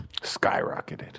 skyrocketed